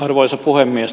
arvoisa puhemies